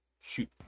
Shoot